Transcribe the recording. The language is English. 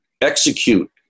execute